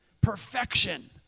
Perfection